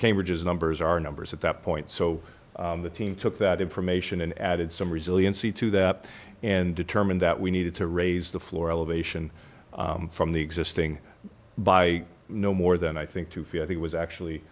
cambridge is numbers are numbers at that point so the team took that information and added some resiliency to that and determined that we needed to raise the floor elevation from the existing by no more than i think to feel i think was actually